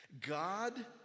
God